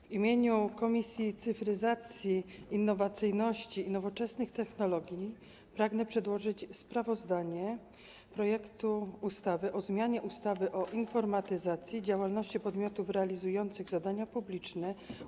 W imieniu Komisji Cyfryzacji, Innowacyjności i Nowoczesnych Technologii pragnę przedłożyć sprawozdanie o projekcie ustawy o zmianie ustawy o informatyzacji działalności podmiotów realizujących zadania publiczne,